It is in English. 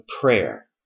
prayer